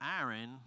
Aaron